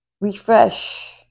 refresh